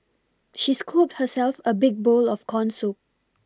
she scooped herself a big bowl of corn soup